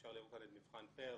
אפשר לראות כאן את מבחן PIRLS,